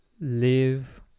live